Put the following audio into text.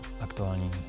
aktuální